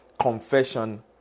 confession